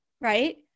right